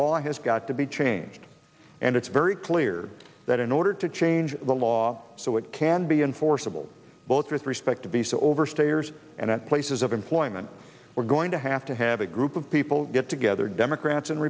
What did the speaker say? law has got to be changed and it's very clear that in order to change the law so it can be enforceable both with respect to be so overstayers and at places of employment we're going to have to have a group of people get together democrats and